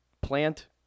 plant